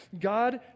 God